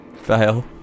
Fail